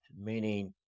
meaning